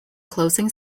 closing